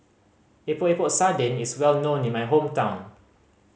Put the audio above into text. Epok Epok Sardin is well known in my hometown